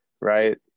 right